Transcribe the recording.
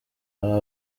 aha